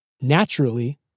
naturally